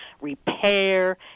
repair